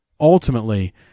ultimately